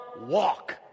walk